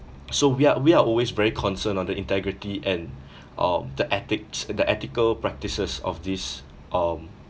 so we are we are always very concerned on the integrity and um the ethics the ethical practices of this um